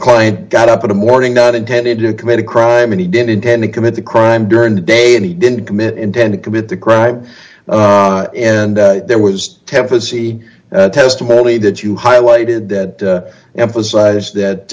client got up in the morning not intended to commit a crime and he did intend to commit the crime during the day and he didn't commit intend to commit the crime and there was tempus the testimony that you highlighted that emphasized that